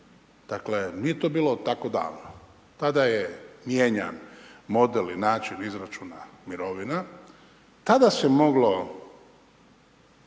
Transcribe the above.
Dakle, nije to bilo tako davno. Tada je mijenjan model i način izračuna mirovina, tada se moglo